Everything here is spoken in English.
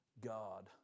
God